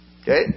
Okay